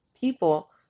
people